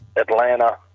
Atlanta